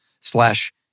slash